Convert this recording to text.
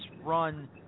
run